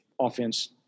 offense